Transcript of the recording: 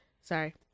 sorry